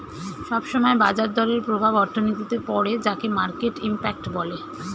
সব সময় বাজার দরের প্রভাব অর্থনীতিতে পড়ে যাকে মার্কেট ইমপ্যাক্ট বলে